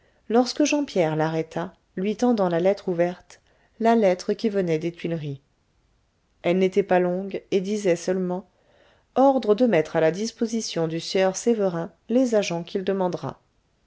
lorsque jean pierre l'arrêta lui tendant la lettre ouverte la lettre qui venait des tuileries elle n'était pas longue et disait seulement ordre de mettre a la disposition du sieur sévérin les agents qu'il demandera